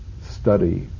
study